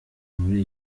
muri